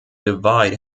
divide